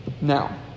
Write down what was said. Now